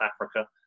Africa